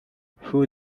who